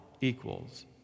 equals